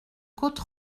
côte